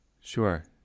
Sure